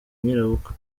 nyirabukwe